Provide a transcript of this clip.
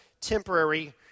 temporary